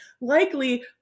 likely